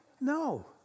No